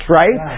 right